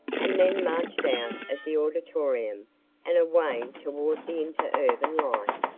and then marched out of the auditorium and away toward the interurban line,